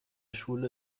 schule